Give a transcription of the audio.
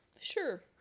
Sure